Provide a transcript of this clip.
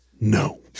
No